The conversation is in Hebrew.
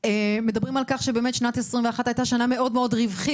--- מדברים על כך ששנת 2021 הייתה רווחית,